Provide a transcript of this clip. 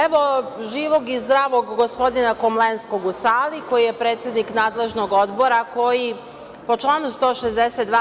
Evo živog i zdravog gospodina Komlenskog u sali, koji je predsednik nadležnog odbora koji po članu 162.